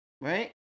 Right